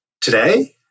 Today